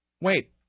Wait